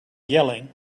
yelling